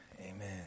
Amen